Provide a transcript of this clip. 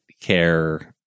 care